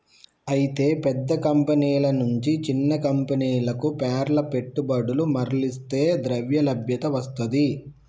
అయితే పెద్ద కంపెనీల నుంచి చిన్న కంపెనీలకు పేర్ల పెట్టుబడులు మర్లిస్తే ద్రవ్యలభ్యత వస్తది